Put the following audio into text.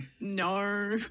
no